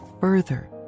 further